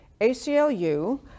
ACLU